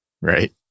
Right